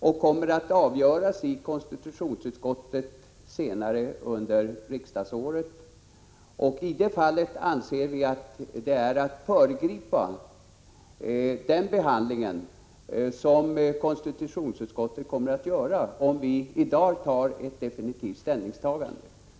Det kommer att avgöras i konstitutionsutskottet senare under riksmötet. Vi anser att det vore att föregripa konstitutionsutskottets behandling om vi i dag gjorde ett definitivt ställningstagande.